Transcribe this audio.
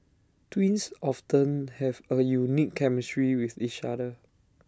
twins often have A unique chemistry with each other